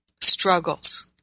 struggles